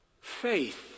Faith